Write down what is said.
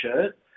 shirt